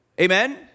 Amen